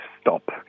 stop